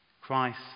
Christ